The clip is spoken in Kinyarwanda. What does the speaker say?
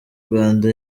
rwanda